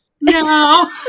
no